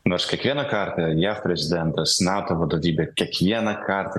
nors kiekvieną kartą jav prezidentas nato vadovybė kiekvieną kartą